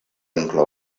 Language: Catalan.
inclou